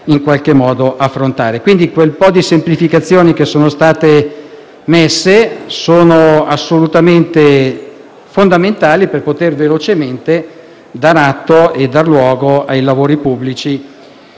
dobbiamo affrontare. Quindi quel po' di semplificazioni che sono state messe in campo sono assolutamente fondamentali per poter velocemente dar luogo ai lavori pubblici